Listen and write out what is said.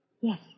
Yes